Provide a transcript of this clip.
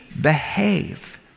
behave